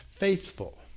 faithful